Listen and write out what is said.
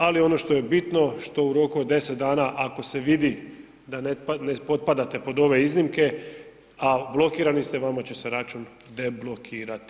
Ali ono što je bitno, što u roku od 10 dana ako se vidi da ne potpadate pod ove iznimke, a blokirani ste, vama će se račun deblokirati.